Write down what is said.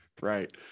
Right